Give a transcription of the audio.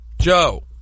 Joe